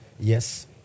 Yes